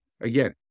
again